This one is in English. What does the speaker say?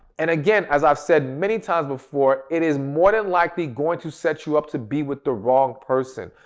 and again, as i've said many times before it is more than likely going to set you up to be with the wrong person.